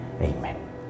Amen